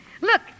Look